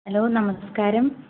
hello നമസ്കാരം